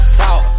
talk